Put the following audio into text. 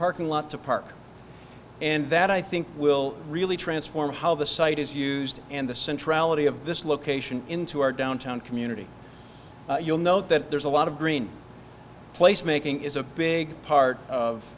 parking lot to park and that i think will really transform how the site is used and the central of the of this location into our downtown community you'll note that there's a lot of green place making is a big part